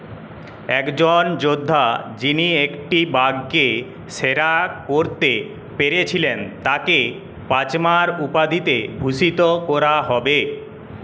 একজন যোদ্ধা যিনি একটি বাঘকে সেরা করতে পেরেছিলেন তাকে পাচমার উপাধিতে ভূষিত করা হবে